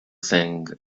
thing